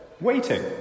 waiting